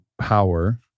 power